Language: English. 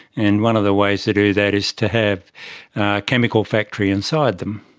and one of the ways to do that is to have a chemical factory inside them.